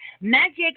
magic